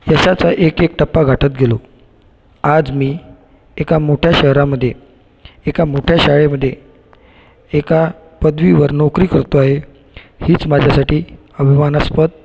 यशाचा एक एक टप्पा गाठत गेलो आज मी एका मोठ्या शहरामध्ये एका मोठ्या शाळेमध्ये एका पदवीवर नोकरी करतो आहे हीच माझ्यासाठी अभिमानास्पद